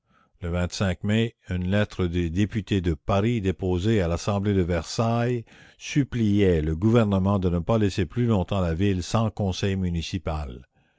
e mai une lettre des députés de paris déposée à l'assemblée de versailles suppliait le gouvernement de ne pas laisser plus longtemps la ville sans conseil municipal